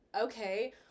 okay